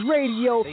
Radio